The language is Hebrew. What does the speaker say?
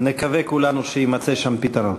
נקווה כולנו שיימצא שם פתרון.